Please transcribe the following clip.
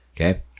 Okay